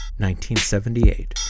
1978